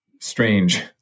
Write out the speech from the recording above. strange